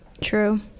True